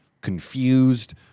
confused